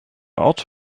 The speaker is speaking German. ort